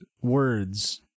words